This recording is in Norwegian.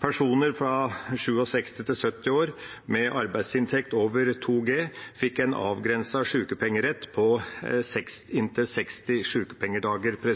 Personer fra 67 til 70 år med arbeidsinntekt over 2G fikk en avgrenset sykepengerett på inntil 60 sykepengedager –